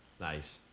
nice